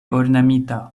ornamita